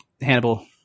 hannibal